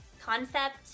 concept